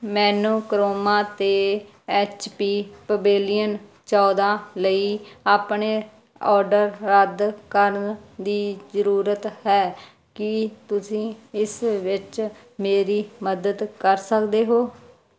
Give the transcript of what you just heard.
ਮੈਨੂੰ ਕਰੋਮਾ 'ਤੇ HP pavilion ਚੌਦਾਂ ਲਈ ਆਪਣੇ ਔਡਰ ਰੱਦ ਕਰਨ ਦੀ ਜ਼ਰੂਰਤ ਹੈ ਕੀ ਤੁਸੀਂ ਇਸ ਵਿੱਚ ਮੇਰੀ ਮਦਦ ਕਰ ਸਕਦੇ ਹੋ